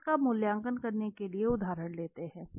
अब इसका मूल्यांकन करने के लिए एक उदाहरण लेते हैं